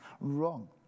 wrong